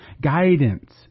guidance